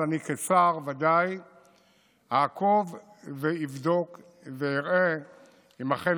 ואני כשר ודאי אעקוב ואבדוק ואראה אם אכן